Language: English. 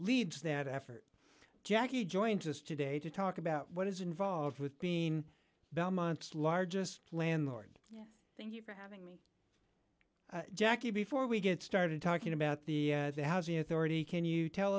leads that effort jackie joins us today to talk about what is involved with being belmont's largest landlord thank you for having me jacki before we get started talking about the housing authority can you tell